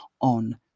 on